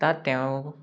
তাত তেওঁ